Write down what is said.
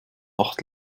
acht